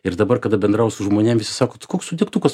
ir dabar kada bendrauju su žmonėm visi sako tu koks tu degtukas